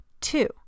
Two